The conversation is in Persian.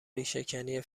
ریشهکنی